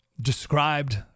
described